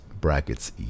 brackets